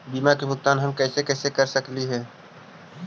बीमा के भुगतान हम कैसे कैसे कर सक हिय?